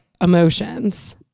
emotions